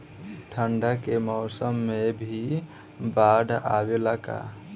ठंडा के मौसम में भी बाढ़ आवेला का?